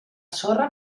sorra